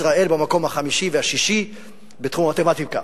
ישראל במקום החמישי והשישי בתחום המתמטיקה,